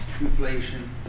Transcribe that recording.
inflation